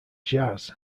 jazz